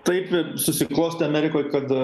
taip susiklostė amerikoj kad